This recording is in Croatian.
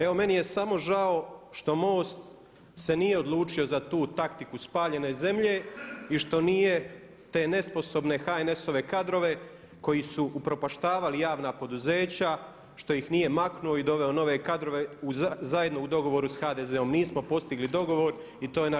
Evo meni je samo žao što MOST se nije odlučio za tu taktiku spaljene zemlje i što nije te nesposobne HNS-ove kadrove koji su upropaštavali javna poduzeća, što ih nije maknuo i doveo nove kadrove zajedno u dogovoru sa HDZ-om, nismo postigli dogovor i to je naša velika greška.